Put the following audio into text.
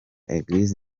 eglise